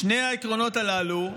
בשני העקרונות הללו,